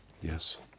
Yes